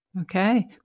okay